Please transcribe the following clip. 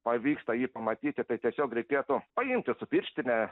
pavyksta jį pamatyti tai tiesiog reikėtų paimti su pirštine